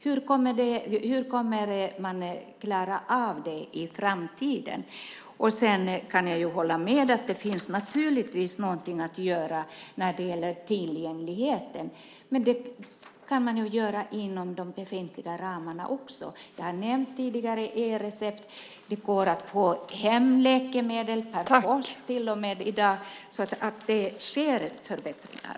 Hur kommer man att klara av det i framtiden? Jag kan hålla med om att det finns någonting att göra när det gäller tillgängligheten. Men det kan man göra inom de befintliga ramarna också. Jag har tidigare nämnt e-recept. Det går till och med att få hem läkemedel per post i dag. Det sker förbättringar.